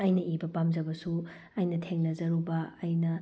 ꯑꯩꯅ ꯏꯕ ꯄꯥꯝꯖꯕꯁꯨ ꯑꯩꯅ ꯊꯦꯡꯅꯖꯔꯨꯕ ꯑꯩꯅ